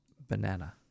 banana